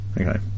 Okay